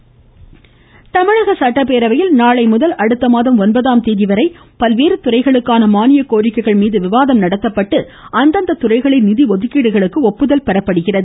சட்டப்பேரவை தமிழக சட்டப்பேரவையில் நாளை முதல் அடுத்த மாதம் ஒன்பதாம் தேதி வரை பல்வேறு துறைகளுக்கான மானிய கோரிக்கைகள் மீது விவாதம் நடத்தப்பட்டு அந்தந்த துறைகளின் நிதி ஒதுக்கீடுகளுக்கு ஒப்புதல் பெறப்படுகிறது